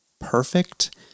perfect